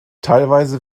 teilweise